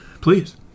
Please